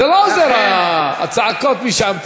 זה לא עוזר, הצעקות משם.